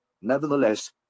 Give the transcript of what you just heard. Nevertheless